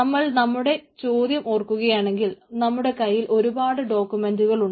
നമ്മൾ നമ്മുടെ ചോദ്യം ഓർക്കുകയാണെങ്കിൽ നമ്മുടെ കയ്യിൽ ഒരുപാട് ഡോക്യുമെന്റുകൾ ഉണ്ട്